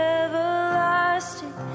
everlasting